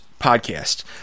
podcast